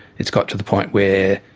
it's got to the point where,